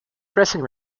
dressing